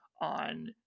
on